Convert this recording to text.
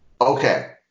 Okay